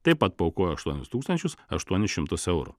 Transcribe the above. taip pat paaukojo aštuonis tūkstančius aštuonis šimtus eurų